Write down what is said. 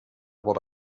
wurde